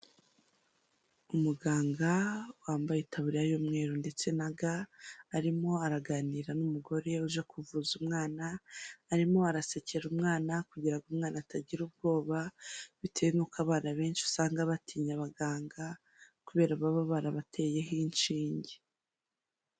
Umuganga wambaye itaburiya y'umweru ndetse na ga arimo araganira n'umugore uje kuvuza umwana, arimo arasekera umwana kugira ngo umwana atagira ubwoba bitewe n'uko abana benshi usanga batinya abaganga kubera baba barabateyeho inshinge.